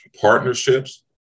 partnerships